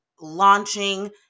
launching